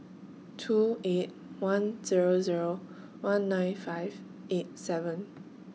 two eight one Zero Zero one nine five eight seven